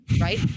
right